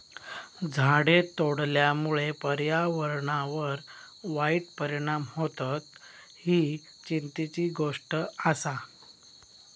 झाडे तोडल्यामुळे पर्यावरणावर वाईट परिणाम होतत, ही चिंतेची गोष्ट आसा